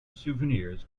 souvenirs